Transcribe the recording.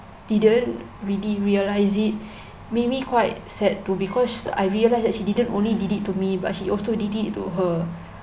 didn't really realise it made me quite sad too because I realise that she didn't only did it to me but she also did it to her